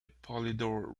polydor